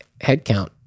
Headcount